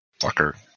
Fucker